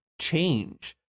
change